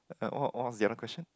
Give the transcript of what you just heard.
what what what's the other question